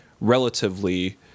relatively